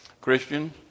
Christian